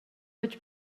гэж